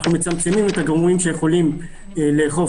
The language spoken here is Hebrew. אנחנו מצמצמים את הגורמים שיכולים לאכוף